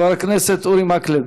חבר הכנסת אורי מקלב,